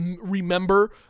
remember